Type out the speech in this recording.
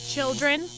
Children